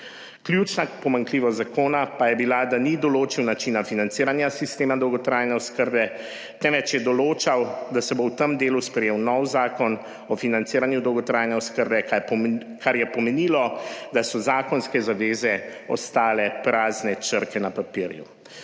Ključna pomanjkljivost zakona pa je bila, da ni določil načina financiranja sistema dolgotrajne oskrbe, temveč je določal, da se bo v tem delu sprejel nov zakon o financiranju dolgotrajne oskrbe, kar je pomenilo, da so zakonske zaveze ostale prazne črke na papirju.